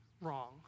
wrong